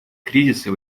кризисы